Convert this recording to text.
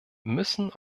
müssen